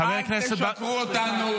חבר הכנסת --- אל תשקרו אותנו.